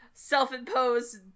Self-imposed